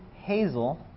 hazel